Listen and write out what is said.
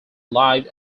live